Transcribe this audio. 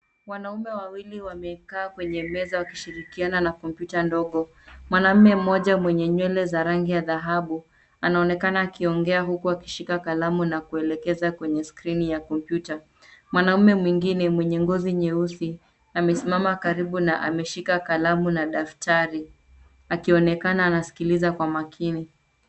wanaume wawili wamekaa kwenye meza wakishirikiana na kompyuta ndogo. Mwanaume mmoja mwenye nywele za dhahabu anaonekana akiongea huku akishika kalamu na kuelekeza kwenye skrini ya kompyuta. Mwanaume mwingine mwenye ngozi nyeusi amesimama karibu na ameshika kalamu na daftari akionekana anasikiliza kwa makini.